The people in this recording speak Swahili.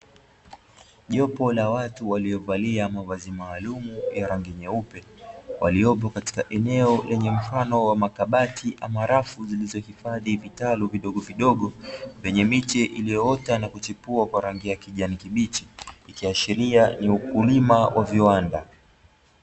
Jopo la watu waliovalia mavazi maalumu ya rangi nyeupe waliopo katika eneo lenye mfano wa makabati ama rafu zilizohifadhi vitalu vidogovidogo vyenye miche iliyoota na kuchipua kwa rangi ya kijani kibichi ikiashiria ni ukulima wa viwanda.